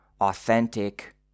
authentic